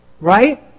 Right